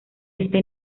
este